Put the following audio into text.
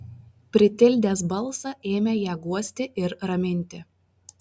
pritildęs balsą ėmė ją guosti ir raminti